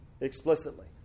explicitly